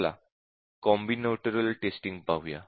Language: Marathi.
चला कॉम्बिनेटोरिअल टेस्टिंग पाहूया